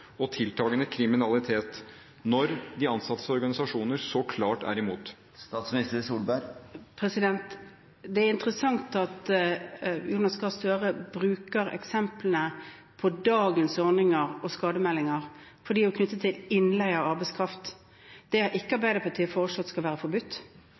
og tiltakende kriminalitet, når de ansattes organisasjoner så klart er imot? Det er interessant at Jonas Gahr Støre bruker eksemplene på dagens ordninger og skademeldinger, for de er knyttet til innleie av arbeidskraft. Det har ikke Arbeiderpartiet foreslått skal være forbudt.